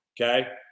okay